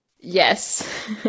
Yes